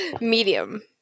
Medium